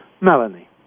Melanie